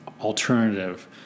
alternative